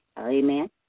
Amen